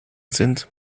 sind